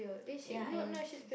ya I know sh~